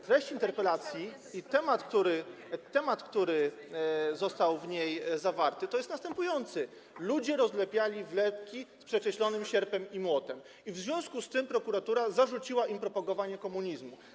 Treść interpelacji i temat, który został w niej zawarty, jest następujący: ludzie rozlepiali wlepki z przekreślonym sierpem i młotem i w związku z tym prokuratura zarzuciła im propagowanie komunizmu.